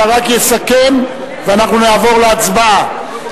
אלא רק יסכם ואנחנו נעבור להצבעה.